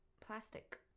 Plastic